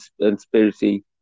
conspiracy